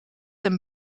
een